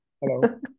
Hello